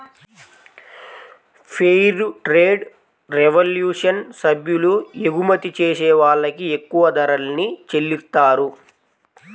fair trade revolution సభ్యులు ఎగుమతి చేసే వాళ్ళకి ఎక్కువ ధరల్ని చెల్లిత్తారు